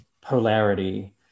polarity